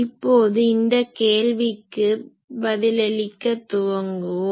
இப்போது இந்த கேள்விக்கு பதிலளிக்க துவங்குவோம்